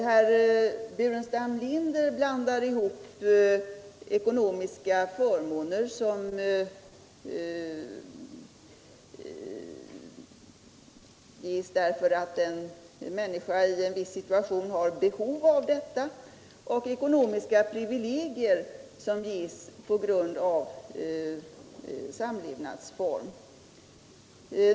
Herr Burenstam Linder blandar ihop ekonomiska förmåner, som ges därför att en människa i en viss situation har behov av dem, och ekonomiska privilegier som ges på grund av samlevnadsform.